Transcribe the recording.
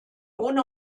ohne